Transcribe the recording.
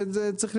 וצריך,